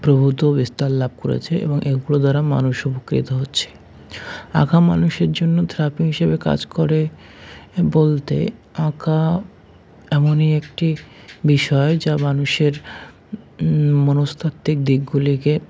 প্রভূত বিস্তার লাভ করেছে এবং এইগুলো দ্বারা মানুষ উপকৃত হচ্ছে আঁকা মানুষের জন্য থেরাপি হিসেবে কাজ করে বলতে আঁকা এমনই একটি বিষয় যা মানুষের মনস্তাত্ত্বিক দিকগুলিকে